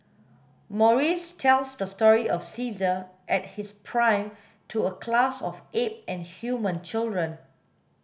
Maurice tells the story of Caesar at his prime to a class of ape and human children